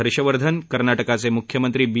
हर्षवर्धन कर्नाटकचे मुख्यमंत्री बी